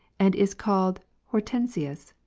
and is called hortensius.